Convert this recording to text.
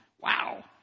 Wow